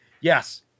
Yes